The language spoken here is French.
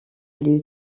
lieu